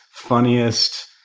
funniest,